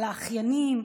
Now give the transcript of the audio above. על האחיינים,